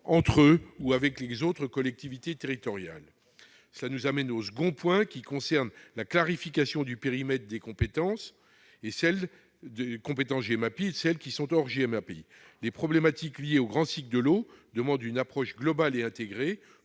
entre eux ou avec les autres collectivités territoriales. Cela nous amène au second point, qui concerne la clarification du périmètre des compétences, entre celles qui relèvent de la Gemapi et celles qui sont en dehors. Les problématiques liées au grand cycle de l'eau demandent une approche globale et intégrée.